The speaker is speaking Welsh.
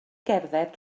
gerdded